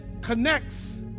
connects